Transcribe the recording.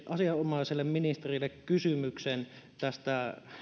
asianomaiselle ministerille kysymyksen tästä